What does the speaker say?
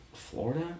Florida